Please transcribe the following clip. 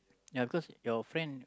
ya because your friend